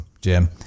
Jim